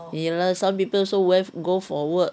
ya lor some people also wear go for work